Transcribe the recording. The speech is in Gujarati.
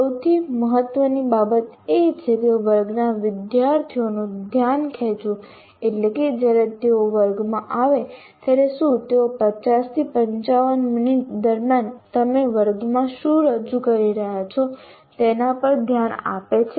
સૌથી મહત્વની બાબત એ છે કે વર્ગના વિદ્યાર્થીઓનું ધ્યાન ખેંચવું એટલે કે જ્યારે તેઓ વર્ગમાં આવે ત્યારે શું તેઓ 50 55 મિનિટ દરમિયાન તમે વર્ગમાં શું રજૂ કરી રહ્યા છો તેના પર ધ્યાન આપે છે